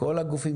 כל הגופים,